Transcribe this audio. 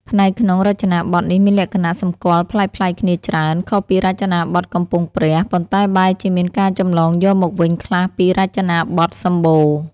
ផ្ដែរក្នុងរចនាបថនេះមានលក្ខណៈសម្គាល់ប្លែកៗគ្នាច្រើន ខុសពីរចនាបថកំពង់ព្រះ ប៉ុន្តែបែរជាមានការចម្លងយកមកវិញខ្លះពីរចនាបថសម្បូរ។